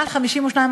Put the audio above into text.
ההיגיון?